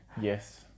Yes